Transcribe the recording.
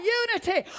unity